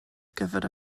gyfer